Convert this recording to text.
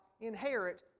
inherit